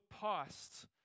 past